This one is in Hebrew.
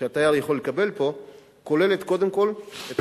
שהתייר יכול לקבל פה כולל קודם כול את